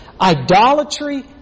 Idolatry